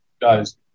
guys